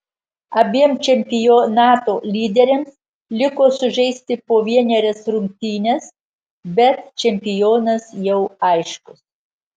abiem čempionato lyderiams liko sužaisti po vienerias rungtynes bet čempionas jau aiškus